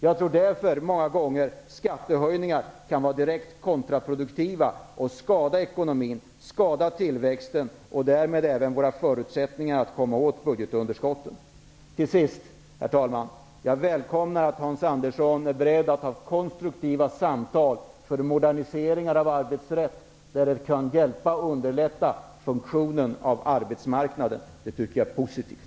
Jag tror därför att skattehöjningar många gånger kan vara direkt kontraproduktiva och att de kan skada ekonomin och tillväxten och därmed även våra förutsättningar att komma åt budgetunderskottet. Till sist, herr talman, välkomnar jag att Hans Andersson är beredd att föra konstruktiva samtal för modernisering av arbetsrätt där det kan hjälpa och underlätta funktionen av arbetsmarknaden. Det tycker jag är positivt.